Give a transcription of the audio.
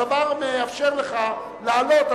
הדבר מאפשר לך להעלות,